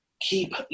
keep